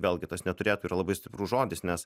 vėlgi tas neturėtų yra labai stiprus žodis nes